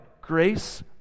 grace